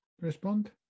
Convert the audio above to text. respond